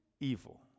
evil